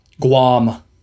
Guam